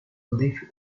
live